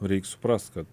reik suprast kad